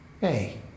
Hey